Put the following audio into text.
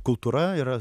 kultūra yra